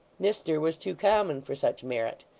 mr was too common for such merit.